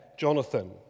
Jonathan